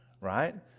Right